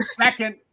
Second